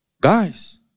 Guys